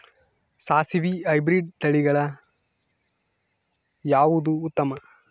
ಸಾಸಿವಿ ಹೈಬ್ರಿಡ್ ತಳಿಗಳ ಯಾವದು ಉತ್ತಮ?